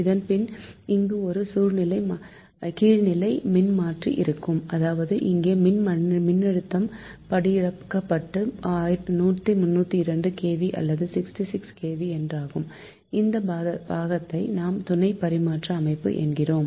இதன் பின்பு இங்கே ஒரு படியிறக்க மின்மாற்றி இருக்கும் அதாவது இங்கே மின்னழுத்தம் படியிறக்கப்பட்டு 132 kV அல்லது 66 kV என்றாகும் இந்த பாகத்தை நாம் துணை பரிமாற்ற அமைப்பு என்கிறோம்